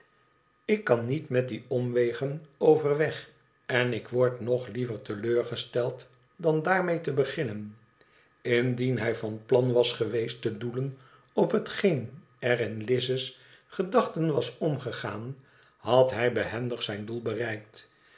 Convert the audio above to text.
ik kan niet die met omwegen overweg en ik word nog liever te leur gesteld dan daarmee te beginnen indien hij van plan was geweest te doelen op hetgeen er in lize s gedachten was omgegaan had hij behendig zijn doel bereikt